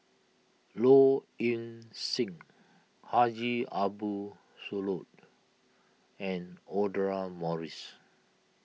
Low Ing Sing Haji Ambo Sooloh and Audra Morrice